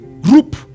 group